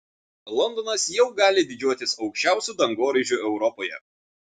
londonas jau gali didžiuotis aukščiausiu dangoraižiu europoje